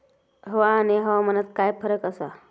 हवा आणि हवामानात काय फरक असा?